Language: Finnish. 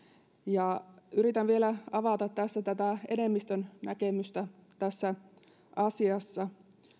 ja yritän tässä vielä avata tätä enemmistön näkemystä tässä asiassa